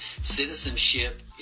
Citizenship